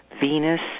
Venus